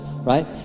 right